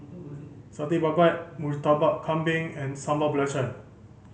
Satay Babat Murtabak Kambing and Sambal Belacan